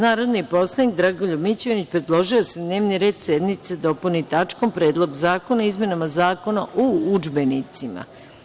Narodni poslanik Dragoljub Mićunović je predložio da se dnevni red sednice dopuni tačkom - Predlog zakona o izmenama Zakona o udžbenicima.